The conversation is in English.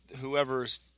whoever's